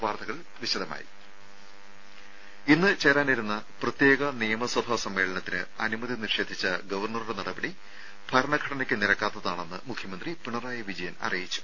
വാർത്തകൾ വിശദമായി ഇന്ന് ചേരാനിരുന്ന പ്രത്യേക നിയമസഭാ സമ്മേളനത്തിന് അനുമതി നിഷേധിച്ച ഗവർണറുടെ നടപടി ഭരണഘടനയ്ക്ക് നിരക്കാത്തതാണെന്ന് മുഖ്യമന്ത്രി പിണറായി വിജയൻ അറിയിച്ചു